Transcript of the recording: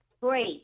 Great